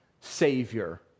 savior